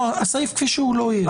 הסעיף כפי שהוא לא יהיה.